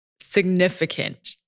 significant